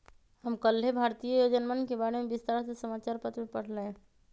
हम कल्लेह भारतीय योजनवन के बारे में विस्तार से समाचार पत्र में पढ़ लय